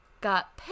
got